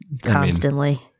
constantly